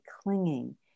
clinging